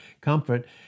Comfort